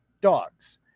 dogs